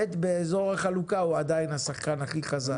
ושנית, באזור החלוקה הוא עדיין השחקן הכי חזק.